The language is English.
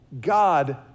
God